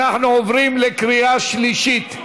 אנחנו עוברים לקריאה שלישית.